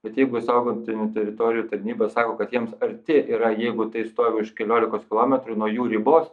bet jeigu saugotinų teritorijų tarnyba sako kad jiems arti yra jeigu tai stovi už keliolikos kilometrų nuo jų ribos